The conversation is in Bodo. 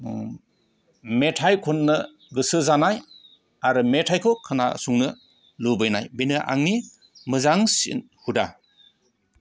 मेथाइ खननो गोसो जानाय आरो मेथाइखौ खोनासंनो लुबैनाय बेनो आंनि मोजांसिन हुदा